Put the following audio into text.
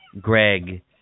Greg